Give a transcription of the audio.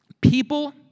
People